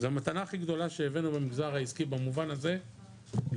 זו המתנה הכי גדולה שהבאנו במגזר העסקי במובן הזה למדינה,